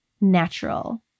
natural